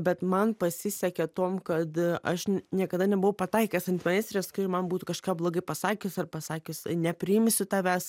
bet man pasisekė tuom kad aš niekada nebuvau pataikęs ant meistrės kuri man būtų kažką blogai pasakius ar pasakius nepriimsiu tavęs